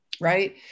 right